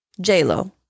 j-lo